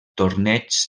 torneigs